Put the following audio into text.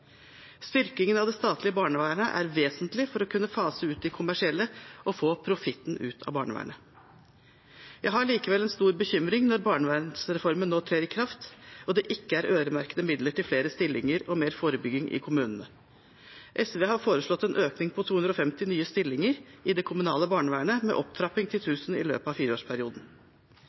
Styrkingen av det statlige barnevernet er vesentlig for å kunne fase ut de kommersielle og få profitten ut av barnevernet. Jeg har likevel en stor bekymring når barnevernsreformen nå trer i kraft og det ikke er øremerket midler til flere stillinger og mer forebygging i kommunene. SV har foreslått en økning på 250 nye stillinger i det kommunale barnevernet, med opptrapping til 1 000 i løpet av fireårsperioden.